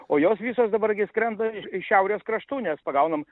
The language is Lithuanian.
o jos visos dabar gi skrenda iš šiaurės kraštų nes pagaunam